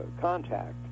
Contact